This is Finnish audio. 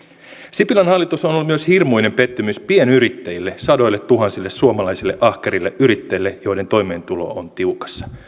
sipilän hallitus on ollut myös hirmuinen pettymys pienyrittäjille sadoilletuhansille suomalaisille ahkerille yrittäjille joiden toimeentulo on tiukassa